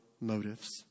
motives